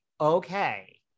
okay